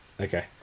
Okay